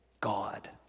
God